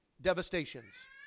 devastations